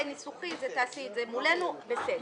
בסדר.